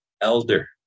elder